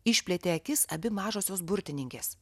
išplėtė akis abi mažosios burtininkės